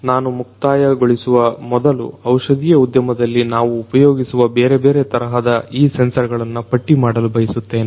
ನಾನು ಮುಕ್ತಾಯಗೊಳಿಸುವ ಮೊದಲು ಔಷಧಿಯ ಉದ್ಯಮದಲ್ಲಿ ನಾವು ಉಪಯೋಗಿಸುವ ಬೇರೆ ಬೇರೆ ತರಹದ ಈ ಸೆನ್ಸರ್ಗಳನ್ನ ಪಟ್ಟಿಮಾಡಲು ಬಯಸುತ್ತೇನೆ